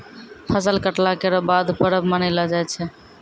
फसल कटला केरो बाद परब मनैलो जाय छै